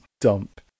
Dump